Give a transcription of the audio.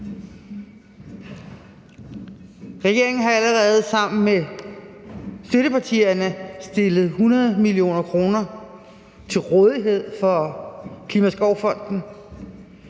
Regeringen har allerede sammen med støttepartierne stillet 100 mio. kr. til rådighed for Klimaskovfonden,